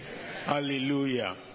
hallelujah